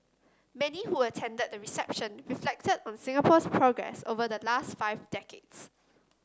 many who attended the reception reflected on Singapore's progress over the last five decades